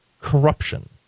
corruption